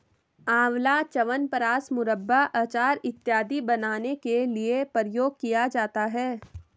आंवला च्यवनप्राश, मुरब्बा, अचार इत्यादि बनाने के लिए प्रयोग किया जाता है